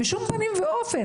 בשום פנים ואופן.